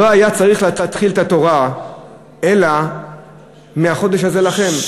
לא היה צריך להתחיל את התורה אלא מהחודש הזה לכם,